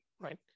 right